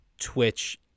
Twitch